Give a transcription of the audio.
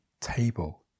table